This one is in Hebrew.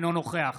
אינו נוכח